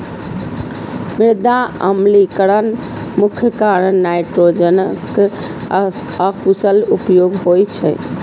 मृदा अम्लीकरणक मुख्य कारण नाइट्रोजनक अकुशल उपयोग होइ छै